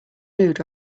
mood